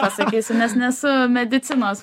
pasakysiu nes nesu medicinos